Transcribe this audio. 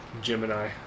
Gemini